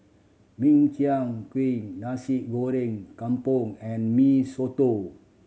Min Chiang Kueh Nasi Goreng Kampung and Mee Soto